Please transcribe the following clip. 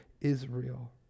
Israel